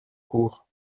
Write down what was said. cours